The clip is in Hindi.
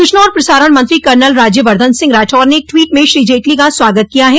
सूचना और प्रसारण मंत्री कर्नल राज्यवर्द्वन सिंह राठौड़ ने एक ट्वीट में श्री जेटली का स्वागत किया है